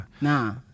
Nah